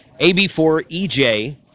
AB4EJ